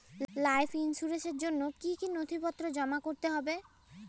Life ইন্সুরেন্সর জন্য জন্য কি কি নথিপত্র জমা করতে হবে?